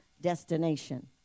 destination